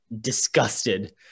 disgusted